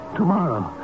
tomorrow